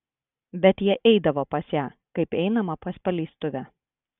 bet jie eidavo pas ją kaip einama pas paleistuvę